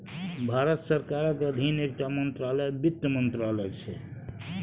भारत सरकारक अधीन एकटा मंत्रालय बित्त मंत्रालय छै